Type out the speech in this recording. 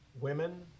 women